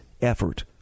effort